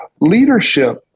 leadership